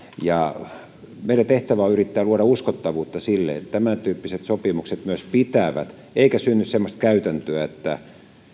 ja meidän tehtävämme on yrittää luoda uskottavuutta sille että tämäntyyppiset sopimukset myös pitävät ettei synny semmoista käytäntöä että